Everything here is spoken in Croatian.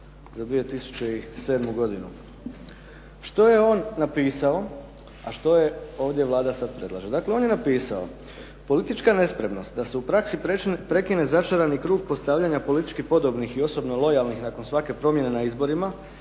za 2007. godinu. Što je on napisao a što ovdje Vlada sad predlaže? Dakle on je napisao: "Politička nespremnost da se u praksi prekine začarani krug postavljanja politički podobnih i osobno lojalnih nakon svake promjene na izborima